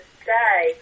stay